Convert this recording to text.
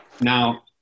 Now